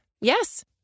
Yes